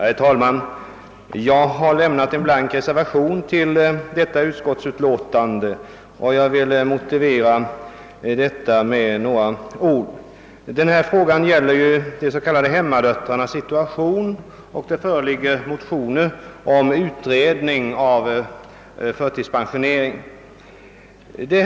Herr talman! Jag har lämnat en blank reservation till detta utskottsutlåtande, och jag vill motivera denna med några ord. Ärendet behandlar de s.k. hemmadöttrarnas situation, och motioner föreligger om utredning av frågan om förtidspensionering för dem.